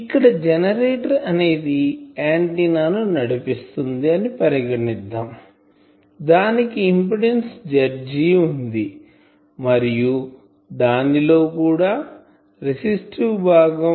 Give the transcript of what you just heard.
ఇక్కడ జెనరేటర్ అనేది ఆంటిన్నాను నడిపిస్తుంది అని పరిగణిద్దాందానికి ఇంపిడెన్సు Zg వుంది మరియు దానిలో కూడా రెసిస్టివ్ భాగం